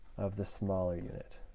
of the smaller unit.